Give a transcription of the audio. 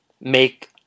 make